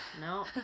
No